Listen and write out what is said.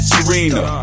Serena